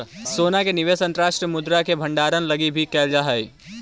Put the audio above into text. सोना के निवेश अंतर्राष्ट्रीय मुद्रा के भंडारण लगी भी कैल जा हई